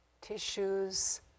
tissues